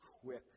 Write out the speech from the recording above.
quick